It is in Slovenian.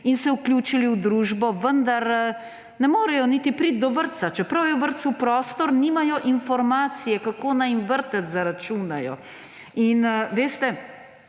in se vključili v družbo, vendar ne morejo priti niti do vrtca. Čeprav je v vrtcu prostor, nimajo informacije, kako naj jim vrtec zaračunajo. In, veste,